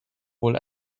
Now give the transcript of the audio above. wohl